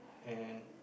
and